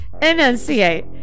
enunciate